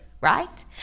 right